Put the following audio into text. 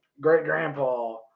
great-grandpa